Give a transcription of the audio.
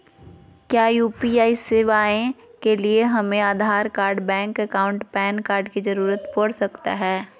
क्या यू.पी.आई सेवाएं के लिए हमें Aadhaar card bank account PAN card की जरूरत पड़ सकता है?